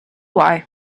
why